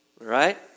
right